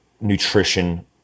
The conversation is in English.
nutrition